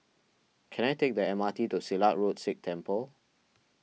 can I take the M R T to Silat Road Sikh Temple